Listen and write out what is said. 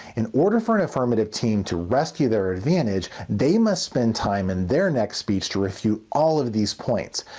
in order for an affirmative team to rescue their advantage they must spend time in their next speech to refute all of these points.